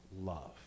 love